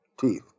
teeth